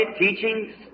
teachings